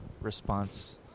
response